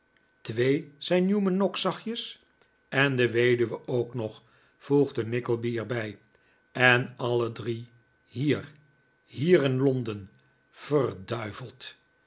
twee zei newman noggs zachtjes en de weduwe ook nog voegde nickleby er bij en alle drie hier hier in londen verduiveld